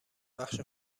بخش